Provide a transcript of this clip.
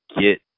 get